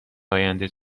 آینده